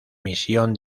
misión